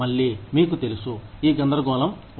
మళ్లీ మీకు తెలుసు ఈ గందరగోళం వస్తుంది